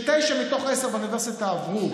תשע מתוך עשר באוניברסיטה עברו.